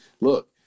look